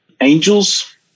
angels